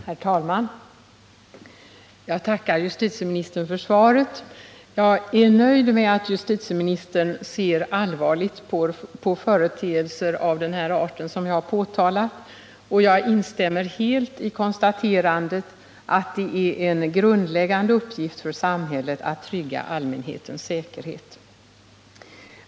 Herr talman! Jag tackar justitieministern för svaret. Jag är nöjd med att justitieministern ser allvarligt på företeelser av den art jag påtalat, och jag instämmer helt i konstaterandet att det är en grundläggande uppgift för samhället att trygga allmänhetens säkerhet.